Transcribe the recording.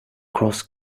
cross